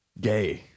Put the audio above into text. gay